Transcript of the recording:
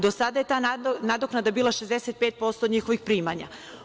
Do sada je ta nadoknada bila 65% njihovih primanja.